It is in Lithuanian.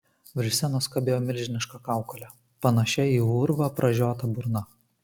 virš scenos kabėjo milžiniška kaukolė panašia į urvą pražiota burna